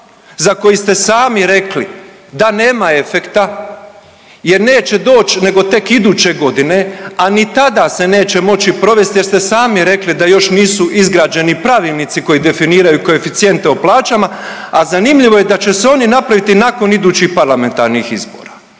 za koji ste sami rekli da nema efekta jer neće doći nego tek iduće godine, a ni tada se neće moći provesti jer sami rekli da još nisu izgrađeni pravilnici koji definiraju koeficijente o plaćama, a zanimljivo je da će oni napraviti nakon idućih parlamentarnih izbora.